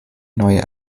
neue